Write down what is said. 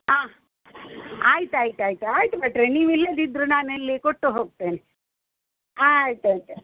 ಹಾಂ ಆಯ್ತು ಆಯ್ತು ಆಯಿತು ಆಯಿತು ಭಟ್ರೆ ನೀವು ಇಲ್ಲದಿದ್ರು ನಾನಲ್ಲಿ ಕೊಟ್ಟು ಹೋಗ್ತೆನೆ ಆಯ್ತು ಆಯಿತು